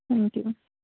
thank you ma'am